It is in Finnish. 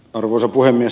arvoisa puhemies